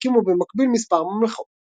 שהקימו במקביל מספר ממלכות